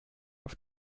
auf